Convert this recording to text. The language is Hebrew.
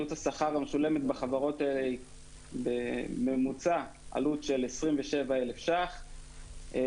עלות השכר המשולמת בחברות בממוצע היא עלות של 27,000 שקלים,